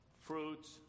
fruits